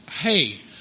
Hey